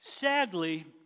Sadly